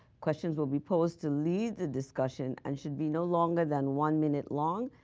questions will be posed to lead the discussion and should be no longer than one minute long.